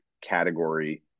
category